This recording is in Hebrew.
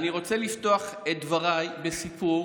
אני רוצה לפתוח את דבריי בסיפור